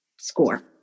score